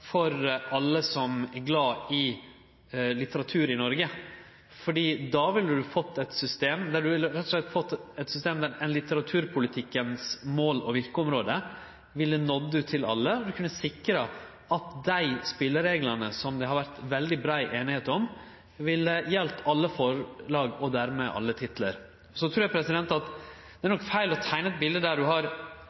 for alle aktørar. Den viktigaste forbetringa ville ha vore for alle som er glade i litteratur i Noreg, for då ville ein fått eit system der litteraturpolitikken sitt mål og verkeområde ville nådd ut til alle, og sikra at dei spelereglane som det har vore veldig brei einigheit om, ville gjelde alle forlag og dermed alle titlar. Så trur eg nok det er feil å teikne eit bilete der ein har